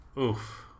Oof